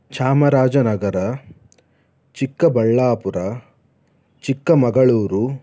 Chamarajanagar Chikkaballapur Chikkamagaluru